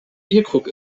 bierkrug